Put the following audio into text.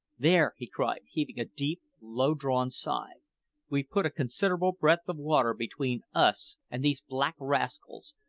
there! he cried, heaving a deep, long-drawn sigh we've put a considerable breadth of water between us and these black rascals,